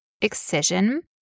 excision